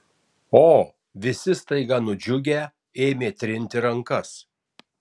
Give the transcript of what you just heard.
o visi staiga nudžiugę ėmė trinti rankas